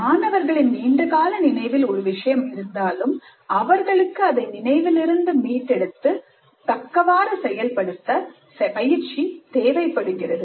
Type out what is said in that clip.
மாணவர்களின் நீண்டகால நினைவில் ஒரு விஷயம் இருந்தாலும் அவர்களுக்கு அதை நினைவில் இருந்து மீட்டெடுத்து தக்கவாறு செயல்படுத்த பயிற்சி தேவைப்படுகிறது